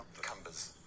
Cumbers